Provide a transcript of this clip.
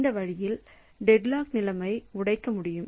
அந்த வழியில் டெட்லாக் நிலைமையை உடைக்க முடியும்